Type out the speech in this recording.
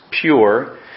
pure